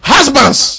Husbands